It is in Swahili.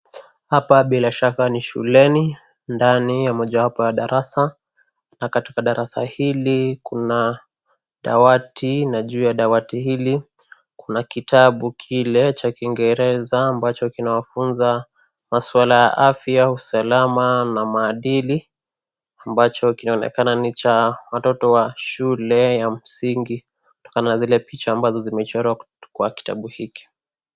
Hapa bila shaka ni shuleni ndani ya mojawapo ya darasa na katika darasa hili kuna dawati na juu ya dawati hili kuna kitabu kile cha kingereza ambacho kinawafunza maswala ya afya, usalama na maadili ambacho kinaonekana ni cha watoto wa shule ya msingi kama vile picha ambazo zimechorwa kwa kitabu hiki.